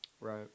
Right